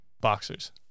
Boxers